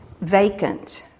vacant